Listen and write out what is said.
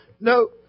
No